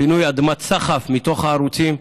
פינוי אדמת סחף מתוך הערוצים,